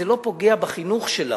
זה לא פוגע בחינוך שלה,